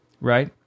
Right